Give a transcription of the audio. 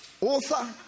author